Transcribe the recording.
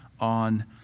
on